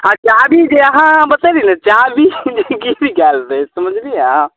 हँ चाभी जे अहाँ बतैली ने चाभी गिर जायत समझलियै अहाँ